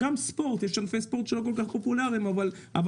יש ענפי ספורט לא כל כך פופולאריים שאם